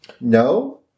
No